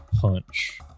punch